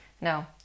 No